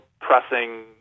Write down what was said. pressing